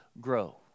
grow